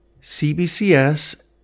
CBCS